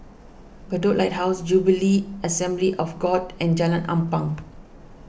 Bedok Lighthouse Jubilee Assembly of God and Jalan Ampang